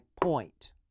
point